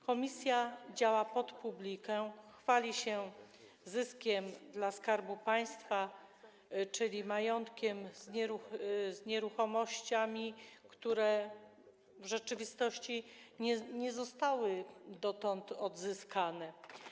Komisja działa pod publikę, chwali się zyskiem dla Skarbu Państwa, czyli majątkiem z nieruchomości, które w rzeczywistości nie zostały dotąd odzyskane.